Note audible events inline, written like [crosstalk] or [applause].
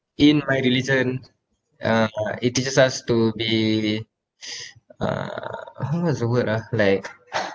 in my religion uh it teaches us to be [noise] uh wha~ what's the word ah like